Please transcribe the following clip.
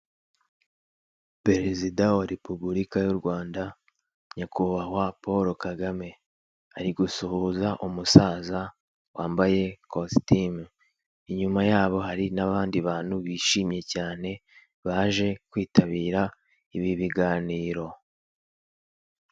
Perezida wa repubulika y'u Rwanda nyakubahwa Poro kagame ari gusuhuza umusaza wambaye ikositimu, inyuma yabo hari n'abandi bantu bishimye cyane baje kwitabira ibi biganiro.